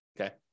okay